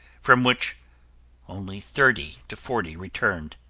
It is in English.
from which only thirty to forty returned.